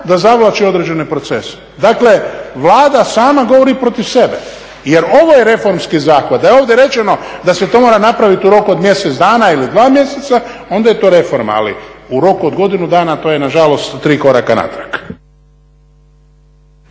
da zavlači određene procese. Dakle, Vlada sama govori protiv sebe. Jer ovaj reformski zahvat, da je ovdje rečeno da se to mora napraviti u roku od mjesec dana ili dva mjeseca, onda je to reforma. Ali u roku od godinu dana to je na žalost tri koraka natrag.